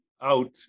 out